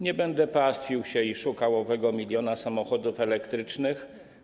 Nie będę się pastwił i szukał owego miliona samochodów elektrycznych.